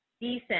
Decent